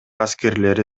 аскерлери